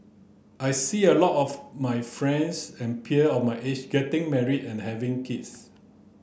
I see a lot of my friends and peer of my age getting married and having kids